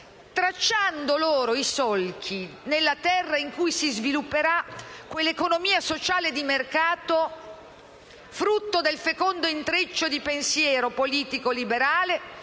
tracciando i solchi nella terra in cui si svilupperà quell'economia sociale di mercato, frutto del fecondo intreccio di pensiero politico liberale,